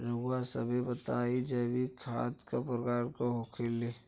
रउआ सभे बताई जैविक खाद क प्रकार के होखेला?